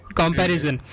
comparison